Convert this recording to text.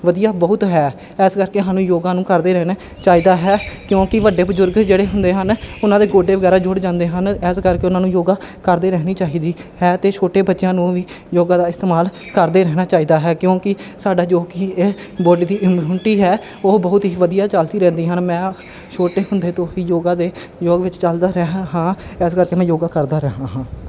ਵਧੀਆ ਬਹੁਤ ਹੈ ਇਸ ਕਰਕੇ ਸਾਨੂੰ ਯੋਗਾ ਨੂੰ ਕਰਦੇ ਰਹਿਣਾ ਚਾਹੀਦਾ ਹੈ ਕਿਉਂਕਿ ਵੱਡੇ ਬਜ਼ੁਰਗ ਜਿਹੜੇ ਹੁੰਦੇ ਹਨ ਉਹਨਾਂ ਦੇ ਗੋਡੇ ਵਗੈਰਾ ਜੁੜ ਜਾਂਦੇ ਹਨ ਇਸ ਕਰਕੇ ਉਹਨਾਂ ਨੂੰ ਯੋਗਾ ਕਰਦੇ ਰਹਿਣੀ ਚਾਹੀਦੀ ਹੈ ਅਤੇ ਛੋਟੇ ਬੱਚਿਆਂ ਨੂੰ ਵੀ ਯੋਗਾ ਦਾ ਇਸਤੇਮਾਲ ਕਰਦੇ ਰਹਿਣਾ ਚਾਹੀਦਾ ਹੈ ਕਿਉਂਕਿ ਸਾਡਾ ਜੋ ਕਿ ਇਹ ਬੋਡੀ ਦੀ ਇਮਉਨਿਟੀ ਹੈ ਉਹ ਬਹੁਤ ਹੀ ਵਧੀਆ ਚਲਦੀ ਰਹਿੰਦੀ ਹਨ ਮੈਂ ਛੋਟੇ ਹੁੰਦੇ ਤੋਂ ਹੀ ਯੋਗਾ ਦੇ ਯੋਗ ਵਿੱਚ ਚੱਲਦਾ ਰਿਹਾ ਹਾਂ ਇਸ ਕਰਕੇ ਮੈਂ ਯੋਗਾ ਕਰਦਾ ਰਿਹਾ ਹਾਂ